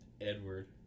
Edward